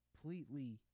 completely